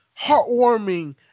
heartwarming